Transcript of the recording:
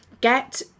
get